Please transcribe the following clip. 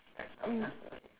mm